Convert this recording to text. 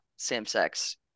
same-sex